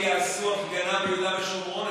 אם יעשו הפגנה ביהודה ושומרון,